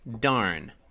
darn